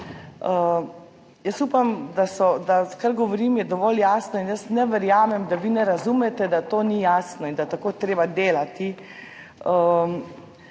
Jaz upam, da je to, kar govorim, dovolj jasno in jaz ne verjamem, da vi ne razumete, da to ni jasno in da je tako treba delati.